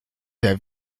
der